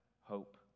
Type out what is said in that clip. hope